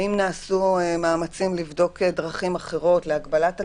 האם נעשו מאמצים לבדוק דרכים אחרות להגבלת הקיבולת?